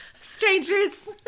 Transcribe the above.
strangers